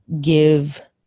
give